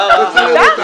מה רע?